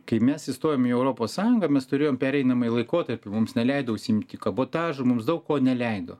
kai mes įstojom į europos sąjungą mes turėjom pereinamąjį laikotarpį mums neleido užsiimti kabotažo mums daug ko neleido